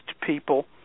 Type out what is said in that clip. people